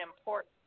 important